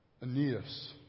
Aeneas